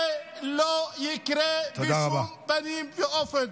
זה לא יקרה בשום פנים ואופן.